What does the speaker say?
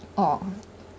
orh